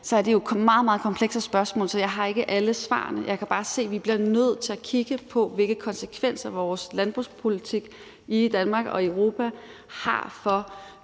er det jo meget, meget komplekse spørgsmål, så jeg har ikke alle svarene. Jeg kan bare se, at vi bliver nødt til at kigge på, hvilke konsekvenser vores landbrugspolitik i Danmark og i Europa har for